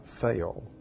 fail